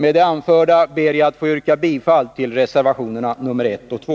Med det anförda ber jag att få yrka bifall till reservationerna 1 och 2.